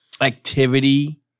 activity